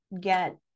Get